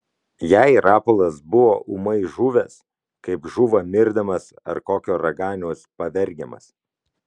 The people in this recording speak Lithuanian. jai rapolas buvo ūmai žuvęs kaip žūva mirdamas ar kokio raganiaus pavergiamas